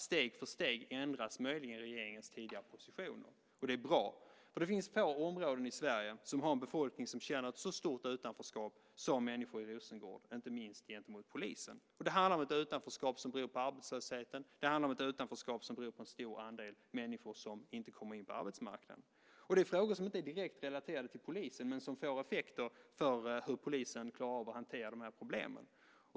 Steg för steg ändras möjligen regeringens tidigare positioner. Det är bra. Det finns få områden i Sverige som har en befolkning som känner ett så stort utanförskap som människor i Rosengård. Det gäller inte minst gentemot polisen. Det handlar om ett utanförskap som beror på arbetslösheten och en stor andel människor som inte kommer in på arbetsmarknaden. Det är frågor som inte är direkt relaterade till polisen men som får effekter för hur polisen klarar av att hantera problemen.